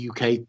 UK